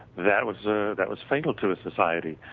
that was ah that was fatal to a society.